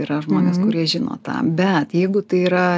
yra žmonės kurie žino tą bet jeigu tai yra